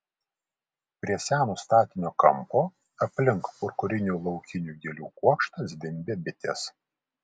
prie seno statinio kampo aplink purpurinių laukinių gėlių kuokštą zvimbė bitės